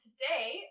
Today